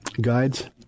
guides